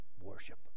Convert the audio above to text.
worship